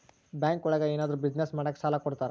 bank ಒಳಗ ಏನಾದ್ರೂ business ಮಾಡಾಕ ಸಾಲ ಕೊಡ್ತಾರ